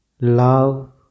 love